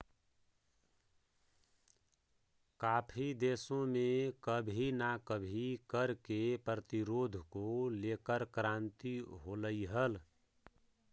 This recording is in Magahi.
काफी देशों में कभी ना कभी कर के प्रतिरोध को लेकर क्रांति होलई हल